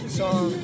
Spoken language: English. song